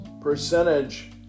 percentage